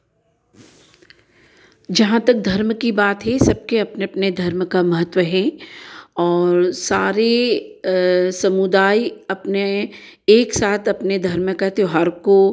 जहाँ तक धर्म की बात है सबके अपने अपने धर्म का महत्व है और सारे समुदाय अपने एक साथ अपने धर्म का त्योहार को